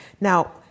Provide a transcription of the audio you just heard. Now